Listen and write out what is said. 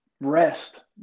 Rest